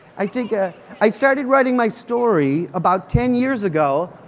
i think ah i started writing my story about ten years ago.